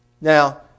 Now